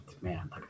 man